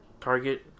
Target